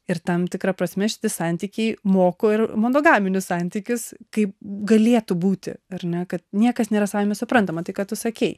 ir tam tikra prasme šiti santykiai moko ir monogaminius santykius kaip galėtų būti ar ne kad niekas nėra savaime suprantama tai ką tu sakei